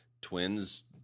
twins